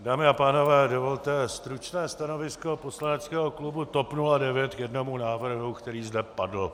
Dámy a pánové, dovolte stručné stanovisko poslanecké klubu TOP 09 k jednomu návrhu, který zde padl.